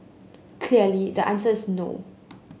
clearly the answer is no